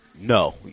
No